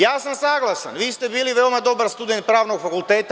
Ja sam saglasan, vi ste bili veoma dobar student Pravnog fakulteta.